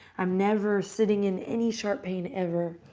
i'm never sitting in any sharp pain ever,